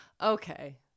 okay